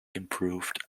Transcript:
improved